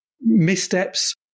missteps